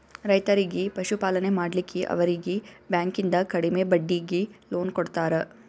ರೈತರಿಗಿ ಪಶುಪಾಲನೆ ಮಾಡ್ಲಿಕ್ಕಿ ಅವರೀಗಿ ಬ್ಯಾಂಕಿಂದ ಕಡಿಮೆ ಬಡ್ಡೀಗಿ ಲೋನ್ ಕೊಡ್ತಾರ